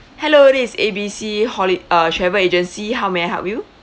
hello this is A B C holi~ uh travel agency how may I help you